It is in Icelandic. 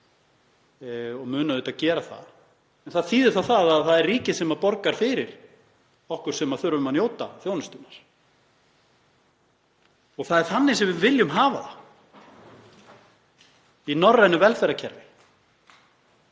og mun auðvitað gera það. En það þýðir að það er ríkið sem borgar fyrir okkur sem þurfum að nota þjónustuna. Það er þannig sem við viljum hafa það í norrænu velferðarkerfi.